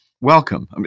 welcome